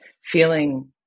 feeling